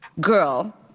girl